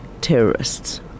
terrorists